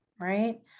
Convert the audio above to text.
Right